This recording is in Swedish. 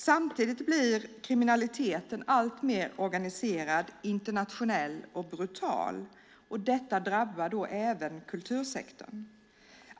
Samtidigt blir kriminaliteten alltmer organiserad, internationell och brutal. Detta drabbar även kultursektorn.